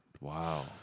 wow